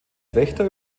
wächter